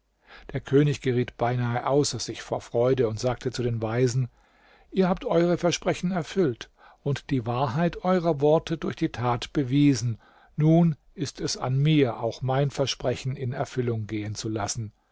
der könig geriet beinahe außer sich vor freude und sagte zu den weisen ihr habt eure versprechen erfüllt und die wahrheit eurer worte durch die tat bewiesen nun ist es an mir auch mein versprechen in erfüllung gehen zu lassen